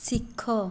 ଶିଖ